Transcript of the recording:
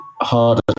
harder